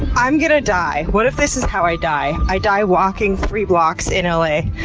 i'm going to die. what if this is how i die? i die walking three blocks in l a.